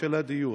של הדיור: